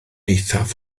eithaf